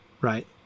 right